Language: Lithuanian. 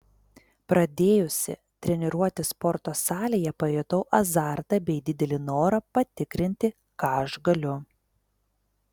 pradėjusi treniruotis sporto salėje pajutau azartą bei didelį norą patikrinti ką aš galiu